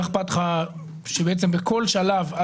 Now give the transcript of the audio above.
מה אכפת לך שבעצם בכל שלב?